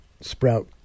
sprout